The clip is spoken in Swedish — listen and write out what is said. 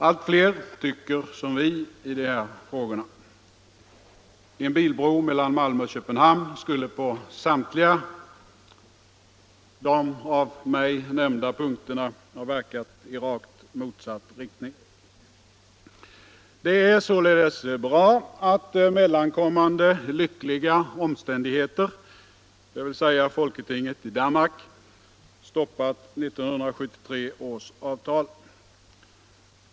Allt fler tycker som vi i de här frågorna. En bilbro mellan Malmö och Köpenhamn skulle på samtliga de av mig nämnda punkterna ha verkat i rakt motsatt riktning. Det är således bra att mellankommande lyckliga omständigheter — dvs. folketinget i Danmark — stoppat 1973 års avtal.